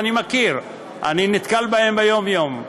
אני מכיר, אני נתקל בהן ביום-יום,